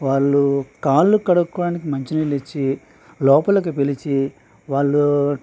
వాళ్ళు కాళ్ళు కడుక్కోవడానికి మంచి నీళ్ళు ఇచ్చి లోపలికి పిలిచి వాళ్ళూ